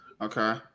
Okay